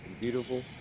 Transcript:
Beautiful